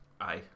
aye